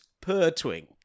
per-twing